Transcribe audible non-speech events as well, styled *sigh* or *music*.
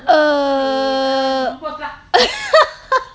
err *laughs*